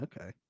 Okay